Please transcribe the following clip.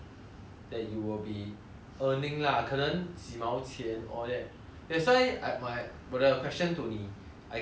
earning lah 可能几毛钱 or that that's why I my 我的 question to 你 I keep the amount small